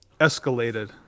escalated